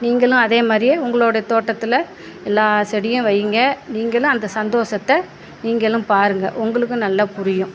நீங்களும் அதே மாதிரியே உங்களுடைய தோட்டத்தில் எல்லா செடியும் வைங்க நீங்களும் அந்த சந்தோஷத்தை நீங்களும் பாருங்கள் உங்களுக்கும் நல்லா புரியும்